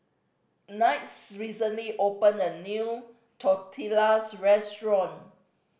Kinte's recently opened a new Tortillas Restaurant